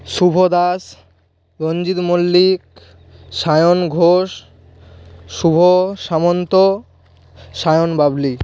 Shubho Das Ranjit Mallick Sayan Ghosh Shubho Samanta Sayan Babli